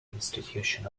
institution